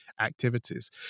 activities